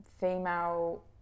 female